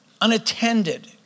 unattended